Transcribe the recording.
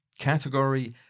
Category